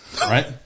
right